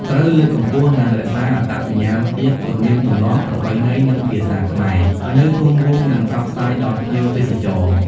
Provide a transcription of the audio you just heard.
ត្រូវ លើកកម្ពស់ និងរក្សាអត្តសញ្ញាណ ជាតិ ទំនៀមទម្លាប់ ប្រពៃណី និង ភាសាខ្មែរ ឲ្យនៅគង់វង្ស និងផ្សព្វផ្សាយដល់ភ្ញៀវទេសចរ។